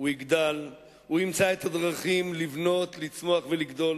הוא יגדל, הוא ימצא את הדרכים לבנות, לצמוח ולגדול